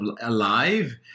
alive